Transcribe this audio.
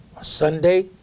Sunday